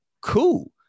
cool